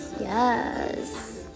Yes